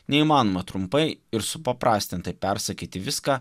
neįmanoma trumpai ir supaprastintai persakyti viską